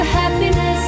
happiness